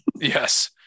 Yes